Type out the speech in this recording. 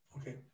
Okay